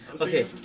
Okay